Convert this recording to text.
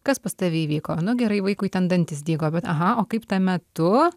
kas pas tave įvyko nu gerai vaikui ten dantys dygo bet aha o kaip tame tu